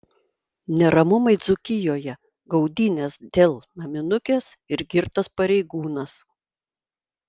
neramumai dzūkijoje gaudynės dėl naminukės ir girtas pareigūnas